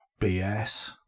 BS